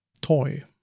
toy